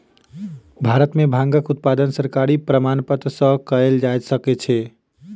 भारत में भांगक उत्पादन सरकारी प्रमाणपत्र सॅ कयल जा सकै छै